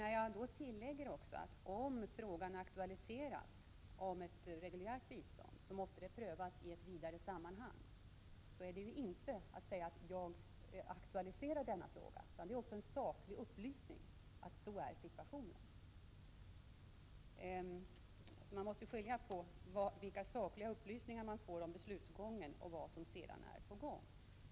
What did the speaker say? När jag tillägger att om frågan aktualiseras om ett reguljärt bistånd så måste det prövas i ett vidare sammanhang, så innebär det inte att jag säger att jag aktualiserar denna fråga. Det är en saklig upplysning om hur beslutsgången är. Man måste skilja på vilka sakliga upplysningar man får om beslutsgången och vad som sedan är på gång.